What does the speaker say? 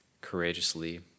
courageously